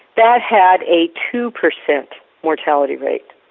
that had a two percent mortality rate.